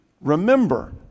Remember